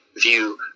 view